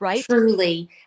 truly